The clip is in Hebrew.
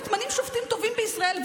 מתמנים שופטים טובים בישראל,